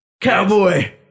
Cowboy